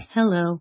Hello